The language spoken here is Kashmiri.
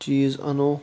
چیٖز اَنو